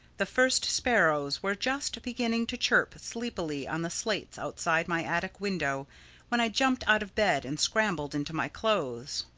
the first sparrows were just beginning to chirp sleepily on the slates outside my attic window when i jumped out of bed and scrambled into my clothes.